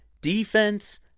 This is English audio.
defense